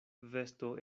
vesto